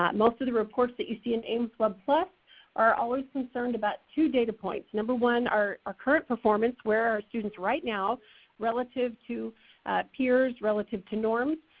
most of the reports that you see in aimswebplus are always concerned about two data points. number one, our ah current performance, where are our students right now relative to peers, relative to norms.